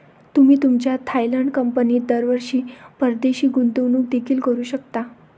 तुम्ही तुमच्या थायलंड कंपनीत दरवर्षी परदेशी गुंतवणूक देखील करू शकता